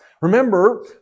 Remember